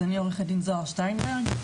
אני עו"ד זוהר שטיינברג,